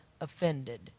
offended